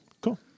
Cool